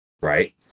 right